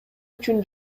үчүн